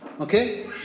Okay